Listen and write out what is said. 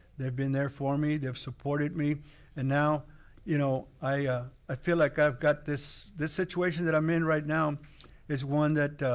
they've been there for me, they've supported me and now you know i i feel like i've got this, this situation that i'm in right now is one that,